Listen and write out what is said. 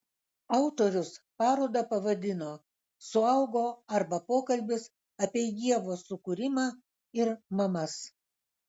autorius parodą pavadino suaugo arba pokalbis apie ievos sukūrimą ir mamas